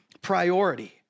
priority